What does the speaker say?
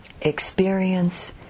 experience